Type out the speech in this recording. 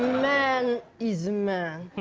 man is a man.